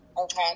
Okay